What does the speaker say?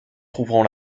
trouveront